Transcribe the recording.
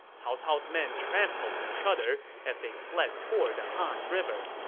cao cao's men trampled each other as they fled toward the han river.